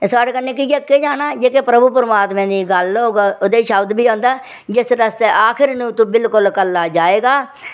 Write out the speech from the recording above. ते साढ़े कन्नै केह् जाना जेह्के प्रभु परमात्मा दी गल्ल होग ओह्दे च शब्द बी आंदा जिस रस्ते आखर नूं तूं बिल्कुल कल्ला जाएगा